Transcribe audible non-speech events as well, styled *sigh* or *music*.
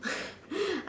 *laughs*